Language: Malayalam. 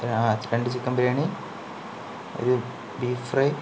ആ രണ്ട് ചിക്കൻ ബിരിയാണി ഒരു ബീഫ് ഫ്രൈ